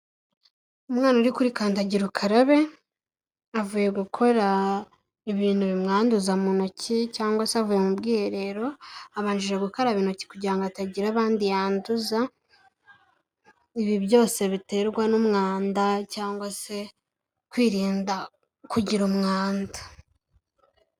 Umwana uri kuri kandagira ukarabe, avuye gukora ibintu bimwanduza mu ntoki cyangwa se avuye mu bwiherero, abanjije gukaraba intoki kugira ngo atagira abandi yanduza, ibi byose biterwa n'umwanda cyangwa se kwirinda kugira umwanda.